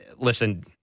Listen